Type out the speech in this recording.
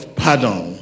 pardon